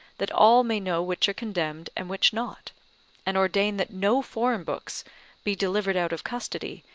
that all may know which are condemned, and which not and ordain that no foreign books be delivered out of custody,